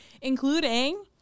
including